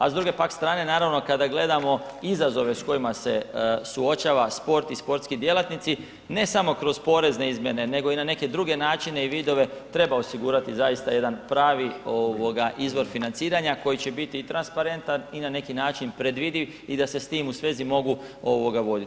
A s druge pak strane naravno kada gledamo izazove s kojima se suočava sport i sportski djelatnici ne samo kroz porezne izmjene nego i na neke druge načine i vidove treba osigurati zaista jedan pravi izvor financiranja koji će biti i transparentan i na neki način predvidljiv i da se sa time u svezi mogu voditi.